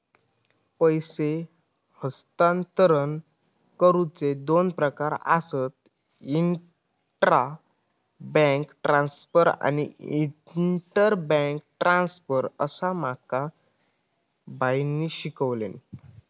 पैसे हस्तांतरण करुचे दोन प्रकार आसत, इंट्रा बैंक ट्रांसफर आणि इंटर बैंक ट्रांसफर, असा माका बाईंनी शिकवल्यानी